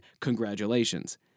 congratulations